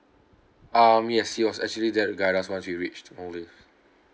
um yes he was actually there to guide us once we reached maldives